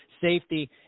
safety